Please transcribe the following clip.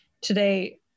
today